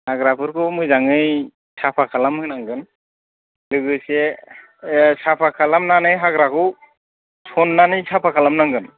हाग्राफोरखौ मोजाङै साफा खालाम होनांगोन लोगोसे ए साफा खालामनानै हाग्राखौ सन्नानै साफा खालामनांगोन